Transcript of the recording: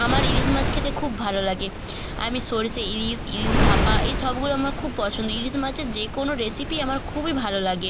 আমার ইলিশ মাছ খেতে খুব ভালো লাগে আমি সরষে ইলিশ ইলিশ ভাপা এই সবগুলো আমার খুব পছন্দ ইলিশ মাছের যে কোনো রেসিপি আমার খুবই ভালো লাগে